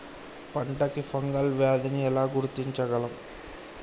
పంట కి ఫంగల్ వ్యాధి ని ఎలా గుర్తించగలం?